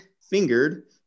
fingered